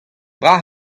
dra